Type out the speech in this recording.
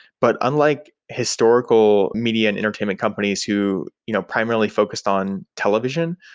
but unlike historical media and entertainment companies who you know primarily focused on television,